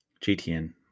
GTN